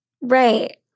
right